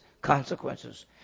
consequences